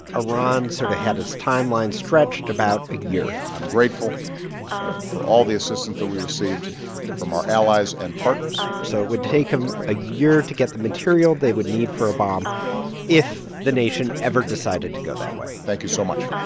iran sort of had its timeline stretched about a year i'm grateful for all the assistance that we received from our allies and partners so it would take them a year to get the material they would need for a bomb if the nation ever decided to go that way thank you so much.